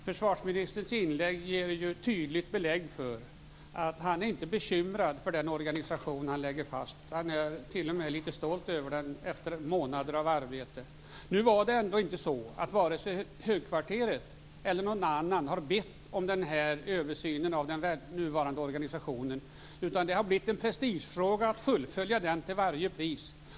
Fru talman! Försvarsministerns inlägg ger tydligt belägg för att han inte är bekymrad över den organisation som han lägger fast. Han är t.o.m. litet stolt över den efter månader av arbete. Nu är det ändå inte så att vare sig högkvarteret eller någon annan har bett om denna översyn av den nuvarande organisationen, utan det har blivit en prestigefråga att fullfölja den till varje pris.